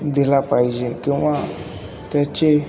दिला पाहिजे किंवा त्याचे